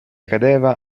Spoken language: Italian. cadeva